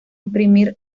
imprimir